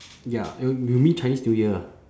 ya you you mean chinese new year ah